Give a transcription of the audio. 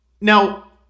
now